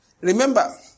remember